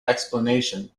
explanation